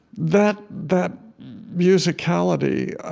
that that musicality